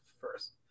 first